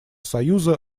союза